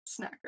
snacker